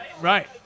Right